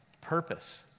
purpose